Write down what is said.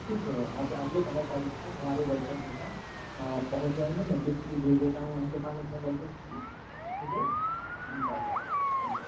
ٹھیک ہے آپ اگلے پندرہ تاریخ کو ہمارے ورکر جو ہیں پہنچ جائیں گے میں لسٹ بھی بھیج دیتا ہوں آپ کے پاس اپنے ورکرس کی ٹھیک ہے ان شاء اللہ جی